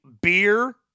beer